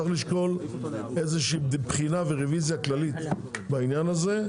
צריך לשקול איזה שהיא בחינה ורוויזיה כללית בעניין הזה,